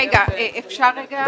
רגע, אפשר רגע?